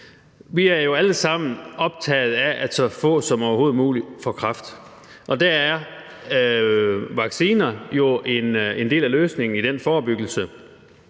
Vi er alle sammen optaget af, at så få som overhovedet muligt får kræft, og der er vacciner jo en del af løsningen i forebyggelsen